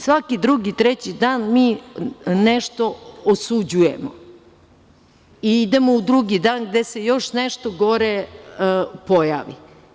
Svaki drugi, treći dan mi nešto osuđujemo i idemo u drugi dan gde se još nešto gore pojavi.